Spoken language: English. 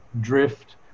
drift